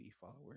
followers